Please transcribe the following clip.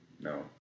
no